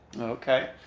Okay